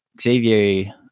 Xavier